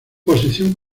posición